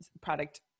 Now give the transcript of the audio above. product